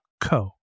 co